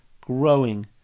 growing